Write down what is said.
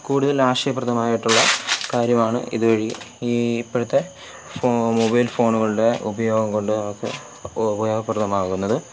കൂടുതൽ ആശയപ്രദമായിട്ടുള്ള കാര്യമാണ് ഇതുവഴി ഈ ഇപ്പോഴത്തെ മൊബൈൽ ഫോണുകളുടെ ഉപയോഗം കൊണ്ട് നമുക്ക് ഉപയോഗപ്രദമാകുന്നത്